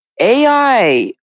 AI